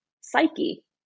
psyche